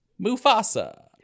Mufasa